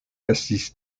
estis